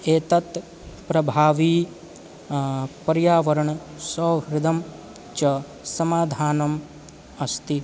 एतत् प्रभावी पर्यावरणसौहृदं च समाधानम् अस्ति